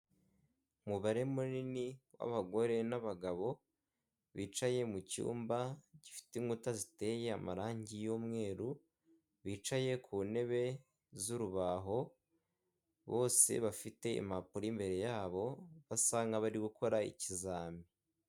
Umubare munini w'abagore n'abagabo bicaye mucyumba gifite inkuta ziteye amarangi y'umweru, bicaye ku ntebe z'urubaho bose bafite impapuro imbere yabo basa nkaho bari gukora ikizamini.